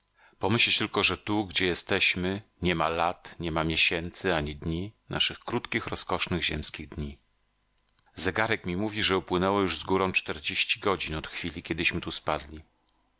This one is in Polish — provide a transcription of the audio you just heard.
pomyśleć tylko że tu gdzie jesteśmy niema lat niema miesięcy ani dni naszych krótkich rozkosznych ziemskich dni zegarek mi mówi że upłynęło już z górą czterdzieści godzin od chwili kiedyśmy tu spadli